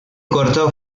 corto